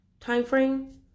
timeframe